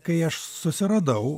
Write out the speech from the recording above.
kai aš susiradau